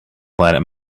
planet